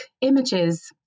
images